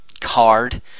card